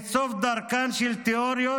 את סוף דרכן של תאוריות